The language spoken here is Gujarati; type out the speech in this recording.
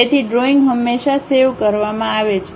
તેથી ડ્રોઈંગ હંમેશાં સેવ કરવા માં આવે છે